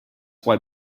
why